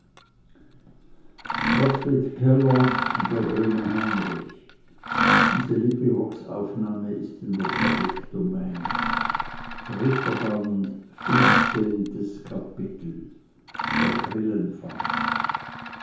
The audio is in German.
fünfzehntes kapitel der